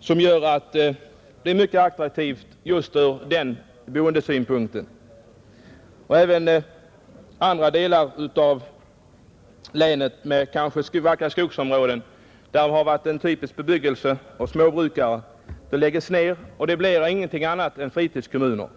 som är mycket attraktiv ur boendesynpunkt. Även i andra delar av länet med t.ex. vackra skogsområden, där det har varit en typisk bebyggelse med småbrukare, läggs den ursprungliga verksamheten ned och det blir ingenting annat än fritidskommuner.